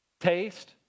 Taste